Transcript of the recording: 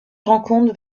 rencontre